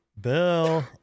Bill